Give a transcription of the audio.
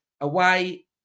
away